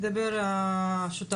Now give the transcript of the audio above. לדתי על כל גווניו השונים,